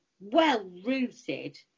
well-rooted